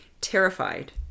terrified